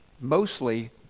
mostly